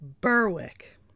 Berwick